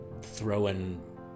throwing